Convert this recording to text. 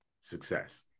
success